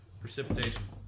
Precipitation